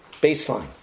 baseline